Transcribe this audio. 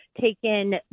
taken